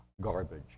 garbage